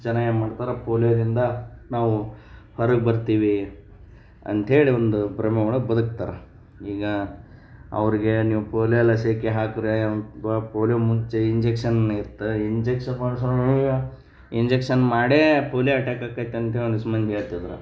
ಜನ ಏನು ಮಾಡ್ತಾರೆ ಪೋಲಿಯೊದಿಂದ ನಾವು ಹೊರಗೆ ಬರ್ತೀವಿ ಅಂತೇಳಿ ಒಂದು ಭ್ರಮೆ ಒಳಗೆ ಬದುಕ್ತಾರೆ ಈಗ ಅವ್ರ್ಗೆ ನೀವು ಪೋಲಿಯೊ ಲಸಿಕೆ ಹಾಕ್ದ್ರೇ ಪೋಲಿಯೊ ಮುಂಚೆ ಇಂಜೆಕ್ಷನ್ ಇತ್ತು ಇಂಜೆಕ್ಷನ್ ಮಾಡ್ಸೋದ್ರೊಳಗೆ ಇಂಜೆಕ್ಷನ್ ಮಾಡೇ ಪೋಲಿಯೊ ಅಟ್ಯಾಕ್ ಆಕೈತೆ ಅಂತೇಳಿ ಒಂದಿಷ್ಟು ಮಂದಿ ಹೇಳ್ತಿದ್ರ್